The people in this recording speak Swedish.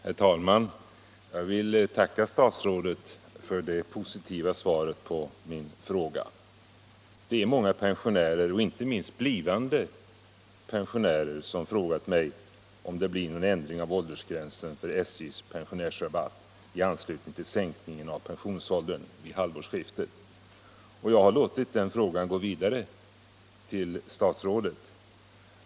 Herr talman! Jag vill tacka statsrådet för det positiva svaret på min fråga. Det är många pensionärer och inte minst blivande pensionärer som frågar mig om det blir någon ändring av åldersgränsen för SJ:s pensionärsrabatt i anslutning till sänkningen av pensionsåldern vid halvårs "skiftet. Jag har låtit den frågan gå vidare till statsrådet.